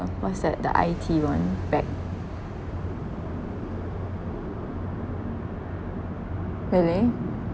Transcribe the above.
uh what's that the I_T [one] back really